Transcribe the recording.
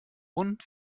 und